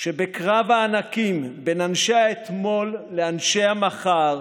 שבקרב הענקים בין אנשי האתמול לאנשי המחר